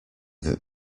that